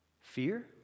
fear